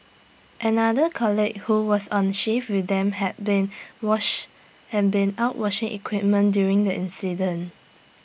another colleague who was on the shift with them had been wash had been out washing equipment during the incident